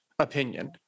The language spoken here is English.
opinion